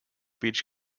beach